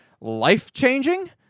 life-changing